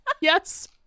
Yes